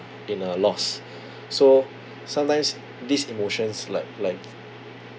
in a loss so sometimes these emotions like like